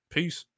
Peace